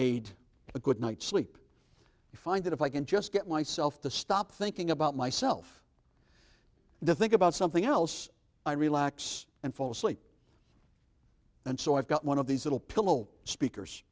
aid a good night's sleep i find that if i can just get myself to stop thinking about myself to think about something else i relax and fall asleep and so i've got one of these little pillow speakers